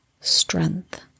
strength